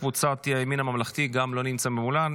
קבוצת הימין הממלכתי גם לא נמצאים באולם.